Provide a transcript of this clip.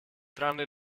tranne